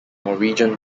norwegian